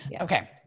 Okay